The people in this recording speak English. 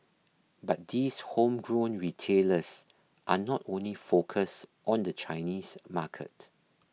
but these home grown retailers are not only focused on the Chinese market